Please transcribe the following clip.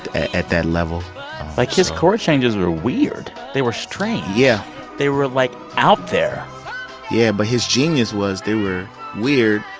at that level like, his chord changes were weird. they were strange yeah they were, like, out there yeah. but his genius was they were weird,